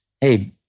Hey